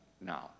now